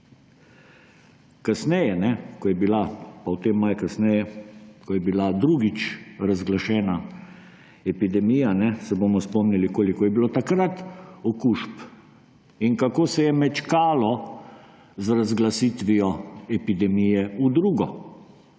Kasneje, ko je bila drugič razglašena epidemija, se bomo spomnili, koliko je bilo takrat okužb in kako se je mečkalo z razglasitvijo epidemije v drugo.